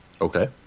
Okay